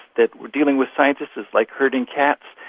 that dealing with scientists is like herding cats.